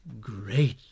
great